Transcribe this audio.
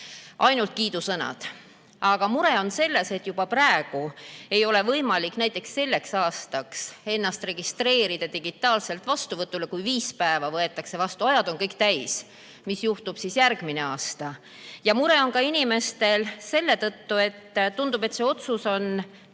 Ainult kiidusõnad. Aga mure on selles, et juba praegu ei ole võimalik näiteks selleks aastaks ennast registreerida digitaalselt vastuvõtule, kui viis päeva võetakse vastu. Ajad on kõik täis. Mis juhtub siis veel järgmisel aastal? Ja mure on inimestel ka selle tõttu, et tundub, et see otsus on